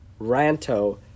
Ranto